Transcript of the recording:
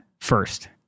first